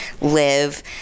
live